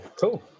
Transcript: Cool